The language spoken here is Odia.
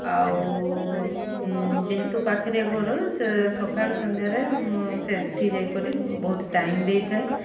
ଆଉ ଯେହେତୁ ପାଖରେ ଘର ସେ ସକାଳୁ ସନ୍ଧ୍ୟାରେ ମୁଁ ସେଠି ଯାଇକରି ବହୁତ ଟାଇମ୍ ଦେଇଥାଏ